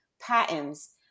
patents